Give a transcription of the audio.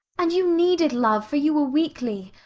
and you needed love, for you were weakly,